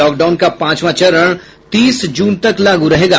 lockdown का पांचवां चरण तीस जून तक लागू रहेगा